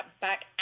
back